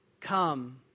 come